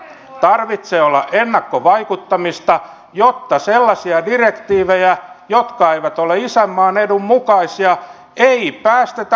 tarvitsee olla ennakkovaikuttamista jotta sellaisia direktiivejä jotka eivät ole isänmaan edun mukaisia ei päästetä tulemaan